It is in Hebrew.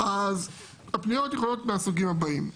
אז הפניות יכולות להיות מהסוגים הבאים: